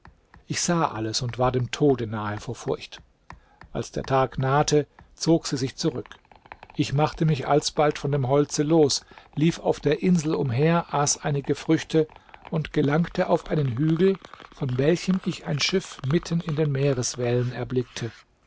ich sah alles und war dem tode nahe vor furcht als der tag nahte zog sie sich zurück ich machte mich alsbald von dem holze los lief auf der insel umher aß einige früchte und gelangte auf einen hügel von welchem ich ein schiff mitten in den meereswellen erblickte